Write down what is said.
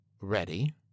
ready